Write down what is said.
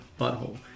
butthole